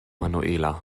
manuela